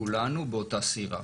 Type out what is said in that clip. כולנו באותה סירה.